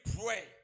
pray